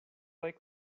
like